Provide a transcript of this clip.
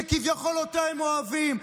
שכביכול אותה הם אוהבים.